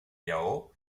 lleó